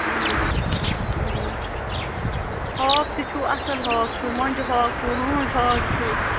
ہاکھ تہِ چھُو اَصٕل ہاکھ چھُو مۄنٛجہِ ہاکھ چھُو ہٲنٛز ہاکھ چھُو